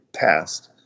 passed